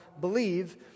believe